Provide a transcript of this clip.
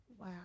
Wow